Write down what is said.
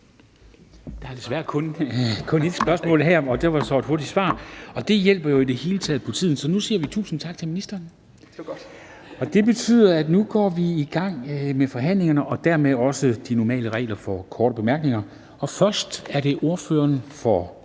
Der må desværre kun stilles ét spørgsmål her. Og det var så et hurtigt svar, og det hjælper jo i det hele taget på tiden, så nu siger vi tusind tak til ministeren. Det betyder, at nu går vi i gang med forhandlingen og dermed også med de normale regler for korte bemærkninger. Og først er det ordføreren for